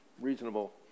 reasonable